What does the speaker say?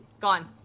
Gone